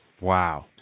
Wow